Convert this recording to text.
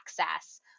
access